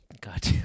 God